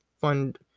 fund